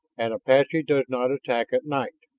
an apache does not attack at night.